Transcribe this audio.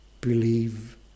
believe